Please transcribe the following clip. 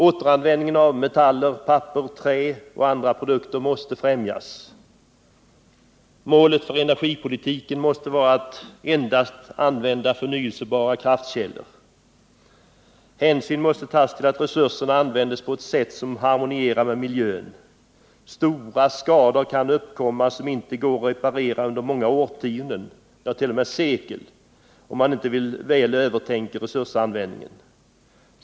Återanvändningen av metaller, papper, trä och andra produkter måste främjas. Målet för energipolitiken måste vara att endast använda förnyelsebara kraftkällor. Hänsyn måste tas till att resurserna används på ett sätt som harmonierar med miljön. Stora skador kan uppkomma som inte går att reparera på många årtionden eller ens på sekler, om man inte väl övertänker resursanvändningen.